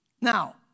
Now